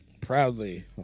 Proudly